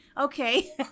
Okay